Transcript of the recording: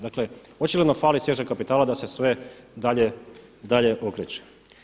Dakle, očito nam fali svježeg kapitala da se sve dalje okreće.